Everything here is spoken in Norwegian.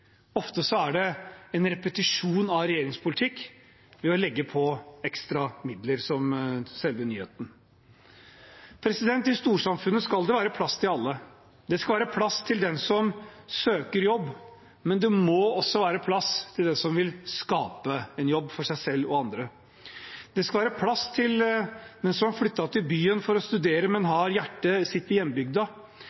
Ofte er det en repetisjon av regjeringens politikk pluss å legge på ekstra midler som selve nyheten. I storsamfunnet skal det være plass til alle. Det skal være plass til den som søker jobb, men det må også være plass til den som vil skape en jobb for seg selv og andre. Det skal være plass til den som har flyttet til byen for å studere, men